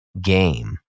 game